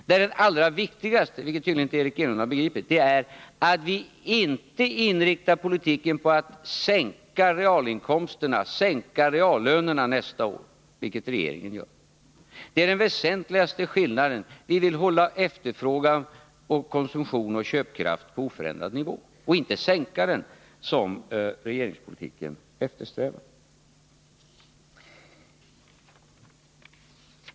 Den allra viktigaste åtgärden — något som Eric Enlund tydligen inte har begripit — är att vi inte inriktar politiken på att sänka reallönerna nästa år — vilket regeringen gör. Detta är den väsentligaste skillnaden. Vi vill hålla efterfrågan, konsumtion och köpkraft på oförändrad nivå och inte åstadkomma en sänkning — något som regeringspolitiken eftersträvar.